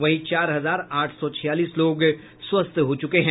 वहीं चार हजार आठ सौ छियालीस लोग स्वस्थ हो चुके हैं